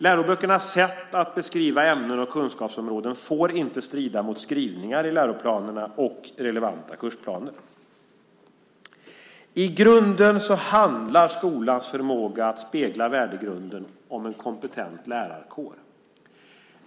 Läroböckernas sätt att beskriva ämnen och kunskapsområden får inte strida mot skrivningar i läroplanerna och relevanta kursplaner. I grunden handlar skolans förmåga att spegla värdegrunden om en kompetent lärarkår.